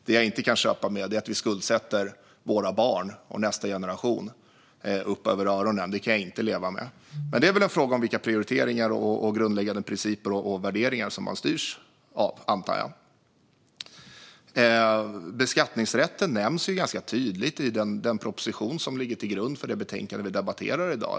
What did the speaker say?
Det jag inte kan köpa är att vi skuldsätter våra barn och nästa generation upp över öronen. Det kan jag inte leva med. Men det är väl en fråga om vilka prioriteringar, grundläggande principer och värderingar man styrs av, antar jag. Beskattningsrätten nämns ganska tydligt i den proposition som ligger till grund för det betänkande vi debatterar i dag.